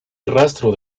rastro